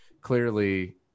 clearly